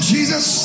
Jesus